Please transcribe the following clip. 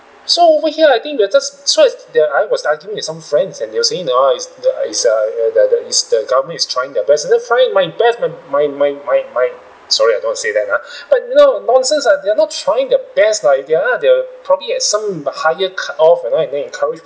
so over here I think we are just so I then I was arguing with some friends and they were saying orh is the is uh the the the is the government is trying their best I say trying my best my my my my my sorry I don't want to say that uh but you know nonsense uh they are not trying their best lah if they're they'll probably at some uh higher cut-off you know and then encourage